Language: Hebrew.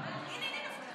הינה נפתלי.